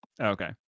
Okay